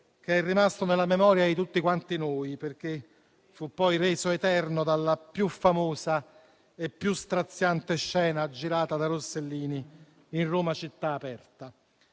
che è rimasto nella memoria di tutti quanti noi, perché fu poi reso eterno dalla più famosa e straziante scena girata da Rossellini in «Roma città aperta».